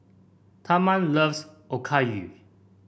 Thurman loves Okayu